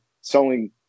selling